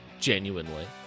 Genuinely